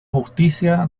justicia